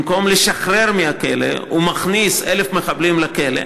במקום לשחרר מהכלא הוא מכניס 1,000 מחבלים לכלא,